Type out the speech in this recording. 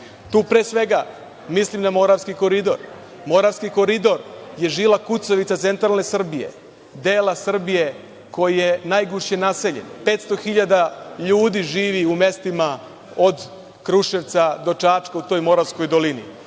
tu pre svega mislim na Moravski koridor. Moravski koridor je žila kucavica Centralne Srbije, dela Srbije koji je najgušće naseljen, 500 hiljada ljudi živi u mestima od Kruševca do Čačka u toj Moravskoj dolini.